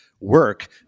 work